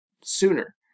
sooner